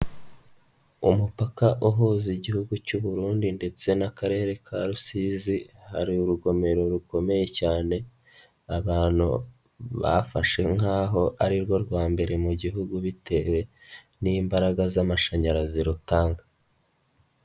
Umupaka uhuza igihugu cy'u Burundi ndetse n'Akarere ka Rusizi, hari urugomero rukomeye cyane, abantu bafashe nk'aho ari rwo rwa mbere mu gihugu bitewe n'imbaraga z'amashanyarazi rutanga.